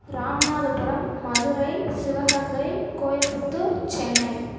Ramanathapuram Madurai Sivaganga Coimbatore Chennai